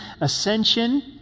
ascension